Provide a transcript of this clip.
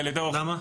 למה?